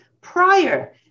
prior